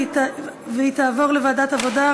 והיא תעבור לוועדת העבודה,